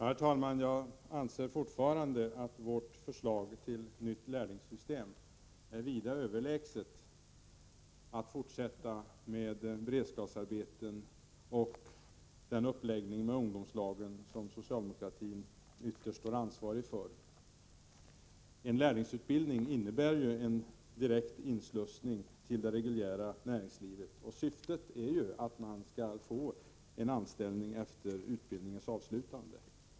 Herr talman! Jag anser fortfarande att vårt förslag till nytt lärlingssystem är vida överlägset ett system där man fortsätter med beredskapsarbeten och den uppläggning av ungdomslagen som socialdemokratin ytterst är ansvarig för. En lärlingsutbildning innebär en direkt inslussning till det reguljära näringslivet. Syftet är att man skall få en anställning efter utbildningens avslutande.